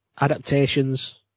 adaptations